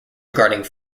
regarding